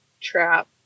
trap